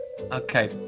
Okay